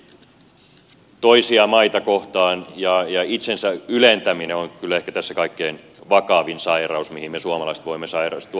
semmoinen ylimielisyys toisia maita kohtaan ja itsensä ylentäminen on kyllä ehkä tässä kaikkein vakavin sairaus mihin me suomalaiset voimme sairastua